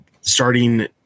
starting